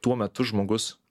tuo metu žmogus